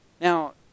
Now